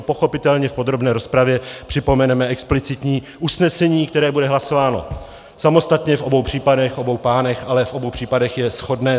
Pochopitelně v podrobné rozpravě připomeneme explicitní usnesení, které bude hlasováno samostatně v obou případech, obou pánech, ale v obou případech je shodné.